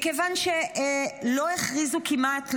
מכיוון שלא הכריזו כמעט,